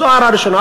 זו הערה ראשונה.